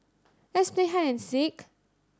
let's play hide and seek